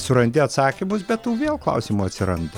surandi atsakymus bet tų vėl klausimų atsiranda